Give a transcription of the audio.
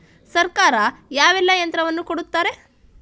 ಸರ್ಕಾರ ಯಾವೆಲ್ಲಾ ಯಂತ್ರವನ್ನು ಕೊಡುತ್ತಾರೆ?